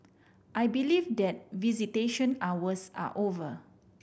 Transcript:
I believe that visitation hours are over